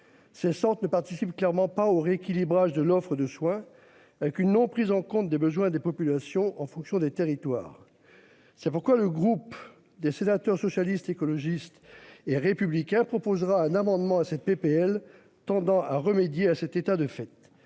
Se sentent ne participe clairement pas au rééquilibrage de l'offre de soins. Qu'une non prise en compte des besoins des populations en fonction des territoires. C'est pourquoi le groupe des sénateurs socialistes, écologistes et républicain proposera un amendement à cette PPL tendant à remédier à cet état de fait